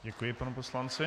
Děkuji panu poslanci.